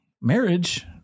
marriage